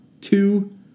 Two